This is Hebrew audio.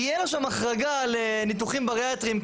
יהיה לו שם החרגה לניתוחים בריאטריים,